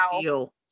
feel